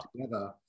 together